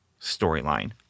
storyline